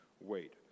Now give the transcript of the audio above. wait